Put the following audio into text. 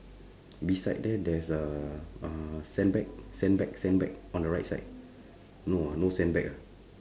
beside there there's a sandbag sandbag sandbag on the right side no ah no sandbag ah